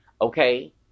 okay